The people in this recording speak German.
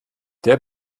der